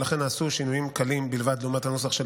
ולכן נעשו שינויים קלים בלבד לעומת הנוסח של